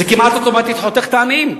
זה כמעט אוטומטית חותך את העניים,